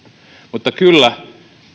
mutta kyllä